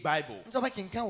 Bible